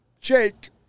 Jake